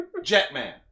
Jetman